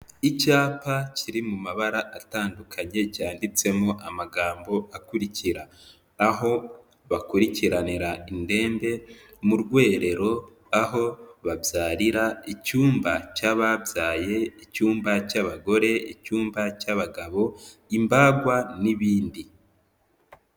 Icyapa kiri mu mabara atandukanye, cyanditsemo amagambo akurikira, aho bakurikiranira indembe, mu rwerero, aho babyarira, icyumba cy'ababyaye, icyumba cy'abagore, icyumba cy'abagabo, imbagwa n'ibindi.